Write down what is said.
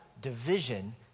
division